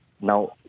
Now